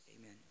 amen